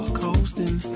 coasting